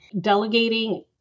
delegating